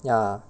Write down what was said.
ya